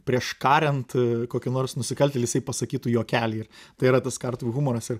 prieš kariant kokį nors nusikaltėlį jisai pasakytų juokelį ir tai yra tas kartuvių humoras ir